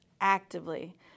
Actively